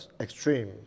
extreme